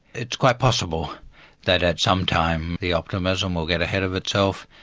it's quite possible that at some time the optimism will get ahead of itself,